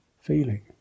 feeling